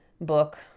book